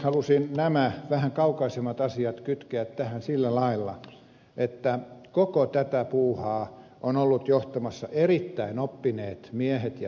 halusin nämä vähän kaukaisemmat asiat kytkeä tähän sillä lailla että koko tätä puuhaa ovat olleet johtamassa erittäin oppineet miehet ja naiset